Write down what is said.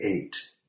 eight